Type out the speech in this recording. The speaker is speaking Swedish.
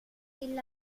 till